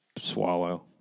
Swallow